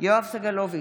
יואב סגלוביץ'